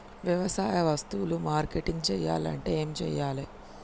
వ్యవసాయ వస్తువులు మార్కెటింగ్ చెయ్యాలంటే ఏం చెయ్యాలే?